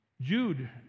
Jude